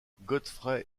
godfrey